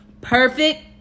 Perfect